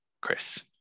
Chris